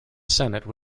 senate